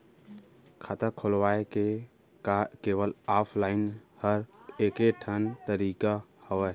खाता खोलवाय के का केवल ऑफलाइन हर ऐकेठन तरीका हवय?